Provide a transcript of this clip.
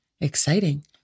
Exciting